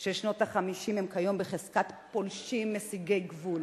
של שנות ה-50 הם כיום בחזקת פולשים ומסיגי גבול.